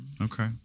okay